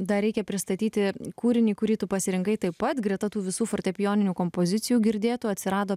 dar reikia pristatyti kūrinį kurį tu pasirinkai taip pat greta tų visų fortepijoninių kompozicijų girdėtų atsirado